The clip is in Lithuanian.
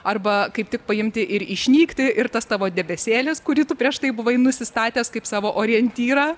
arba kaip tik paimti ir išnykti ir tas tavo debesėlis kurį tu prieš tai buvai nusistatęs kaip savo orientyrą